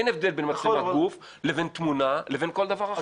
אין הבדל בין מצלמת גוף לבין תמונה לבין כל דבר אחר.